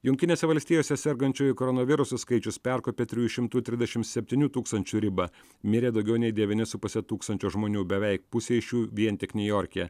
jungtinėse valstijose sergančiųjų koronavirusu skaičius perkopė trijų šimtų trisdešimt septynių tūkstančių ribą mirė daugiau nei devyni su puse tūkstančio žmonių beveik pusė iš jų vien tik niujorke